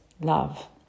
love